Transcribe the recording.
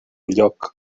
lloc